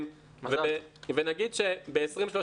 ונגיד שב-2035,